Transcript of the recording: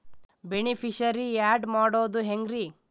Beneficiary, add ಮಾಡೋದು ಹೆಂಗ್ರಿ?